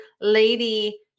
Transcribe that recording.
lady